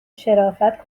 شرافت